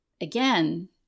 again